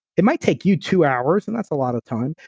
it might take you two hours and that's a lot of time.